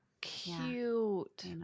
Cute